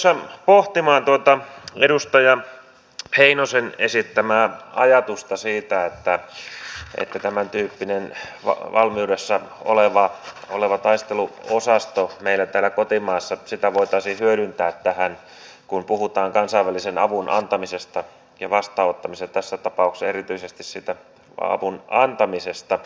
jäin pohtimaan tuota edustaja heinosen esittämää ajatusta siitä että tämän tyyppistä valmiudessa olevaa taisteluosastoa meillä täällä kotimaassa voitaisiin hyödyntää tähän kun puhutaan kansainvälisen avun antamisesta ja vastaanottamisesta tässä tapauksessa erityisesti siitä avun antamisesta